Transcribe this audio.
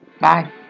Bye